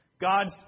God's